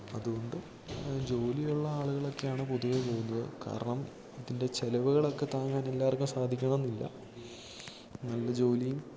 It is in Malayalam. അതുകൊണ്ട് ജോലിയുള്ള ആളുകളൊക്കെയാണ് പൊതുവേ പോകുന്നത് കാരണം ഇതിൻ്റെ ചിലവുകളൊക്കെ താങ്ങാൻ എല്ലാവർക്കും സാധിക്കണം എന്നില്ല നല്ല ജോലിയും